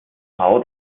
how